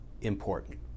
important